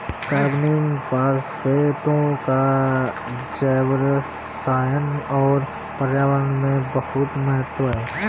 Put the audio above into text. कार्बनिक फास्फेटों का जैवरसायन और पर्यावरण में बहुत महत्व है